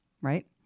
right